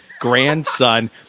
grandson